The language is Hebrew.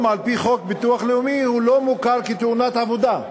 על-פי חוק הביטוח הלאומי הוא לא מוכר כנפגע תאונת עבודה.